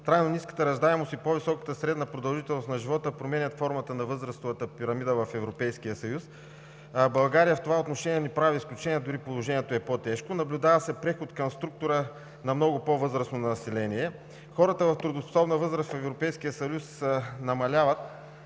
Трайно ниската раждаемост и по-високата средна продължителност на живота променят формата на възрастовата пирамида в Европейския съюз. България в това отношение не прави изключение, дори положението е по-тежко – наблюдава се преход към структура на много по-възрастно население. Хората в трудоспособна възраст в Европейския съюз намаляват,